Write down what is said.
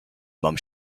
mam